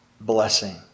blessing